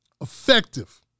effective